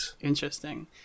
Interesting